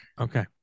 Okay